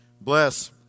bless